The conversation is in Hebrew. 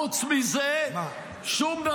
חוץ מזה שום דבר.